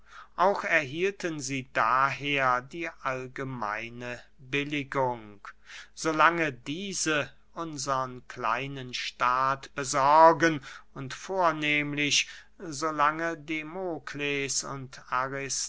auch erhielten sie daher die allgemeine billigung so lange diese unsern kleinen staat besorgen und vornehmlich so lange demokles und